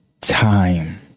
time